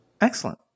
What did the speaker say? Excellent